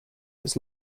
its